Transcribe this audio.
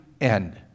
end